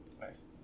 Nice